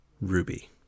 ruby